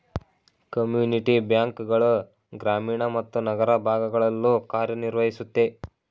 community bank ಗಳು ಗ್ರಾಮೀಣ ಮತ್ತು ನಗರ ಭಾಗಗಳಲ್ಲೂ ಕಾರ್ಯನಿರ್ವಹಿಸುತ್ತೆ